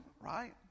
right